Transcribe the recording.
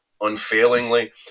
unfailingly